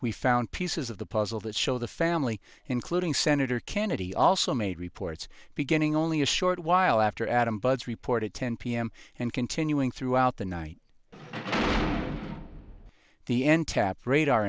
we found pieces of the puzzle that show the family including senator kennedy also made reports beginning only a short while after adam buds reported ten p m and continuing throughout the night the end taps radar